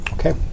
Okay